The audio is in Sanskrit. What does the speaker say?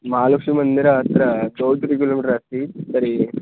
महालक्ष्मीमन्दिरम् अत्र चौ त्रि किलोमिटर् अस्ति तर्हि